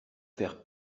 faire